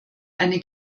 eine